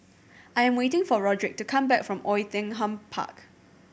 I am waiting for Rodrick to come back from Oei Tiong Ham Park